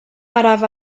araf